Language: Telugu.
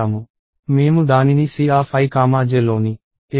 మేము దానిని Cij లోని ఎలిమెంట్స్ కు జోడించడం కొనసాగించాలి